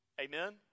Amen